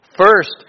first